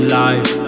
life